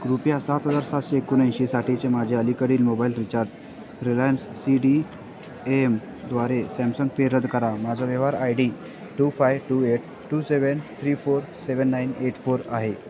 कृपया सात हजार सातशे एकोणऐंशीसाठीचे माझे अलीकडील mobile recharge Reliance C D एमद्वारे सॅमसंग पे रद्द करा माझा व्यवहार I D two five two eight two seven three four seven nine eight four आहे